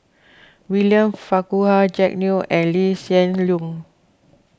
William Farquhar Jack Neo and Lee Hsien Loong